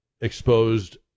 exposed